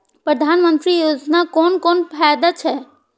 प्रधानमंत्री योजना कोन कोन फायदा छै?